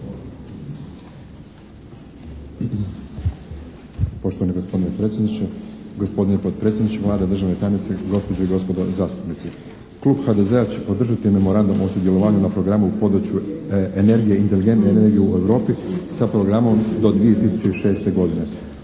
Poštovani gospodine predsjedniče, gospodine potpredsjedniče Vlade, državni tajnici, gospođe i gospodo zastupnici. Klub HDZ-a će podržati Memorandum o sudjelovanju na programu u području energije: "Inteligentne energije u Europi" sa programom do 2006. godine.